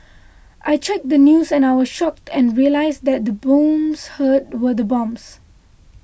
I checked the news and I was shocked and realised that the booms heard were bombs